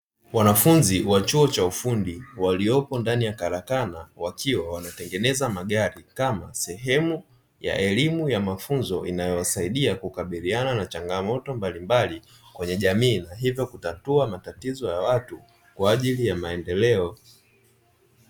Wanafunzi wa chuo cha ufundi, waliopo ndani ya karakana; wakiwa wanatengeneza magari kama sehemu ya elimu ya mafunzo, inayowasaidia kukabiliana na changamoto mbalimbali kwenye jamii, na hivyo kutatua matatizo ya watu kwa ajili ya maendeleo.